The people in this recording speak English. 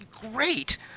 great